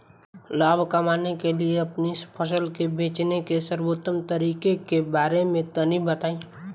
लाभ कमाने के लिए अपनी फसल के बेचे के सर्वोत्तम तरीके के बारे में तनी बताई?